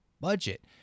budget